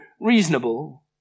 reasonable